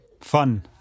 fun